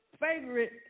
favorite